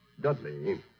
Dudley